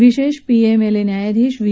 विशेष पीएमएलए न्यायाधीश वी